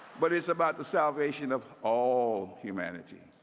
but it's about the salvation of all humanity.